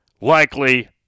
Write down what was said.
likely